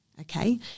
Okay